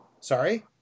Sorry